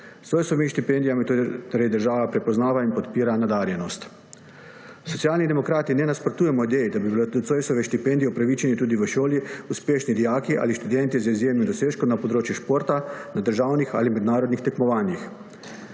S Zoisovimi štipendijami torej država prepoznava in podpira nadarjenost. Socialni demokrati ne nasprotujemo ideji, da bi bili do Zoisove štipendije upravičeni tudi v šoli uspešni dijaki ali študentje z izjemnim dosežkom na področju športa na državnih ali mednarodnih tekmovanjih.